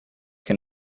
can